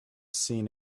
seen